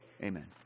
Amen